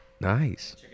Nice